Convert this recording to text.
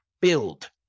build